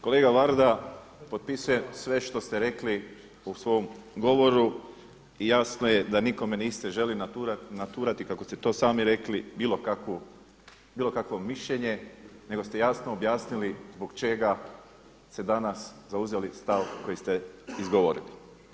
Kolega Varda potpisujem sve što ste rekli u svom govoru i jasno je da nikome niste željeli naturati kako ste to sami rekli bilo kakvu, bilo kakvo mišljenje nego ste jasno objasnili zbog čega ste danas zauzeli stav koji ste izgovorili.